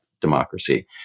democracy